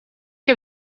heb